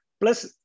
Plus